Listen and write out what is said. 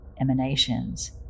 emanations